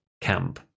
camp